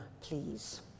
please